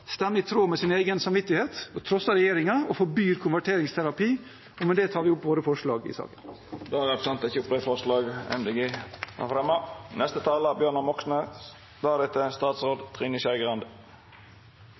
stemmer i tråd med sin egen samvittighet, trosser regjeringen og forbyr konverteringsterapi. Og med det tar jeg opp våre forslag. Representanten Per Espen Stoknes har teke opp dei